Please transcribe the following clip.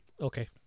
okay